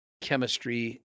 chemistry